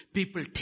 people